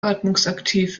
atmungsaktiv